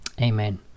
amen